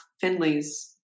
Finley's